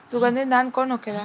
सुगन्धित धान कौन होखेला?